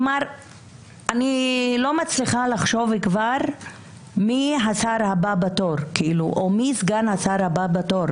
אני לא מצליחה כבר לחשוב מי השר הבא בתור או מי סגן השר הבא בתור,